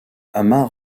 ammar